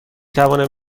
توانم